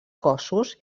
cossos